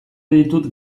ditut